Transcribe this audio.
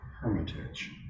Hermitage